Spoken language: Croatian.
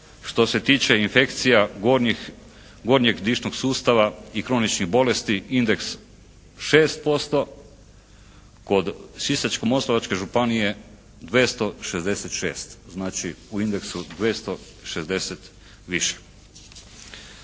što se tiče infekcija gornjeg dišnog sustava i kroničnih bolesti indeks 6%, kod Sisačko-moslavačke županije 266. Znači, u indexu 260 više.